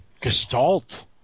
gestalt